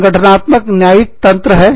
संगठनात्मक न्यायिक तंत्र है